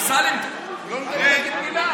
דוד,